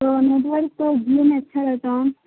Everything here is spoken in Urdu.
تو موبائل کا گلی میں اچھا رہتا